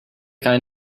kind